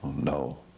know.